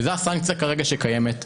וזאת הסנקציה כרגע שקיימת.